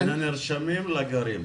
בין הנרשמים לגרים.